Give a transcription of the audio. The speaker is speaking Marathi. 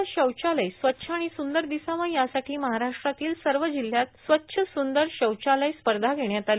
आपलं शौचालय स्वच्छ आणि स्रुंदर दिसावं यासाठी महाराष्ट्रातील सर्व जिल्ह्यात स्वच्छ सुंदर शौचालय स्पर्धा घेण्यात आली